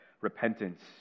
repentance